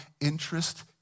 interest